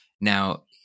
Now